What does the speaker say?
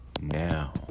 now